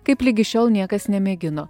kaip ligi šiol niekas nemėgino